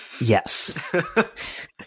yes